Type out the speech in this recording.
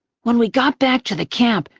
when we got back to the camp,